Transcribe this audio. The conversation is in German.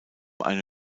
eine